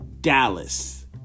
Dallas